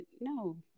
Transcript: no